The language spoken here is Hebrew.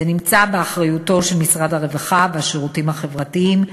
באחריות משרד הרווחה והשירותים החברתיים,